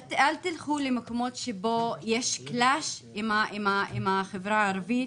אל תלכו למקומות שבהם יש התנגשות עם החברה הערבית.